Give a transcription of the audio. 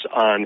on